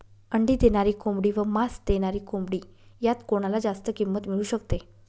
अंडी देणारी कोंबडी व मांस देणारी कोंबडी यात कोणाला जास्त किंमत मिळू शकते?